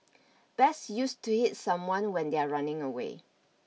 best used to hit someone when they are running away